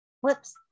whoops